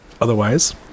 Otherwise